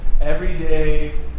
everyday